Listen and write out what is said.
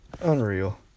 unreal